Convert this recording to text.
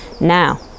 now